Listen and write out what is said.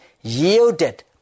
yielded